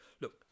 Look